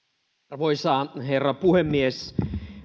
arvoisa herra puhemies